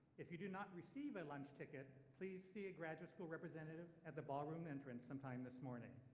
if you did not receive a lunch ticket, please see a graduate school representative at the ballroom entrance sometime this morning.